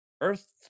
Earth